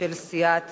של סיעת